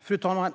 Fru talman!